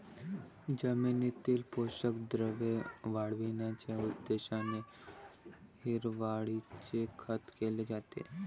जमिनीतील पोषक द्रव्ये वाढविण्याच्या उद्देशाने हिरवळीचे खत केले जाते